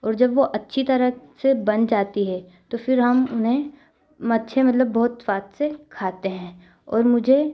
और जब वह अच्छी तरह से बन जाती है तो फ़िर हम उन्हें मच्छे मतलब बहुत स्वाद से खाते हैं और मुझे